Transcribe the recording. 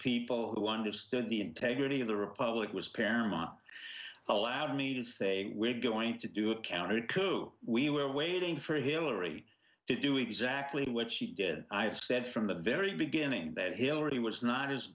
people who understood the integrity of the republic was paramount allowed me to say we're going to do a counter coup we were waiting for hillary to do exactly what she did i've said from the very beginning that hillary was not as